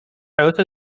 also